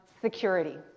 security